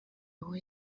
aho